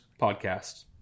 podcast